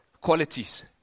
qualities